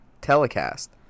telecast